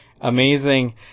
Amazing